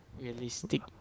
Realistic